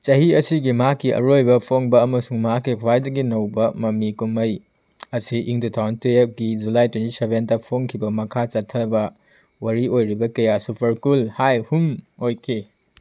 ꯆꯍꯤ ꯑꯁꯤꯒꯤ ꯃꯍꯥꯛꯀꯤ ꯑꯔꯣꯏꯕ ꯐꯣꯡꯕ ꯑꯃꯁꯨꯡ ꯃꯍꯥꯛꯀꯤ ꯈ꯭ꯋꯥꯏꯗꯒꯤ ꯅꯧꯕ ꯃꯃꯤ ꯀꯨꯝꯍꯩ ꯑꯁꯤ ꯏꯪ ꯇꯨ ꯊꯥꯎꯖꯟ ꯇꯨꯌꯦꯄꯀꯤ ꯖꯨꯂꯥꯏ ꯇ꯭ꯋꯦꯟꯇꯤ ꯁꯕꯦꯟꯗ ꯐꯣꯡꯈꯤꯕ ꯃꯈꯥ ꯆꯠꯊꯕ ꯋꯥꯔꯤ ꯑꯣꯏꯔꯤꯕ ꯀꯌꯥ ꯁꯨꯄꯔ ꯀꯨꯜ ꯍꯥꯏ ꯍꯨꯝ ꯑꯣꯏꯈꯤ